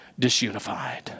disunified